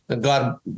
God